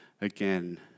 again